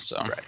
Right